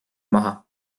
maha